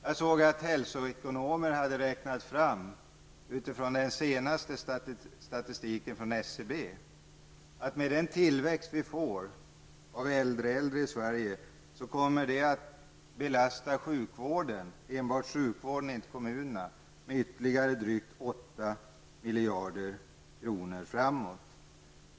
Jag såg att hälsoekonomer hade räknat fram, utifrån den senaste statistiken från SCB, att med den tillväxt vi får av äldre äldre i Sverige kommer det att belasta sjukvården -- enbart sjukvården, inte kommunerna -- med ytterligare drygt 8 miljarder kronor.